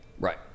Right